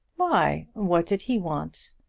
why what did he want?